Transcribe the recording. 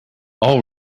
all